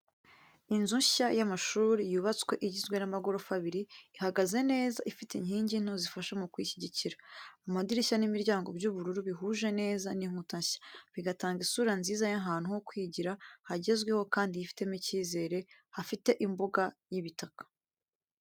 Inzu nshya y’amashuri yubatswe igizwe n’amagorofa abiri, ihagaze neza ifite inkingi nto zifasha mu kuyishyigikira. Amadirishya n'imiryango by’ubururu bihuje neza n’inkuta nshya, bigatanga isura nziza y’ahantu ho kwigira hagezweho kandi hifitemo icyizere. Hafite imbuga y'ibitaka.